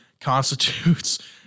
constitutes